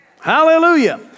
Hallelujah